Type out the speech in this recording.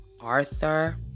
Arthur